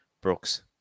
Brooks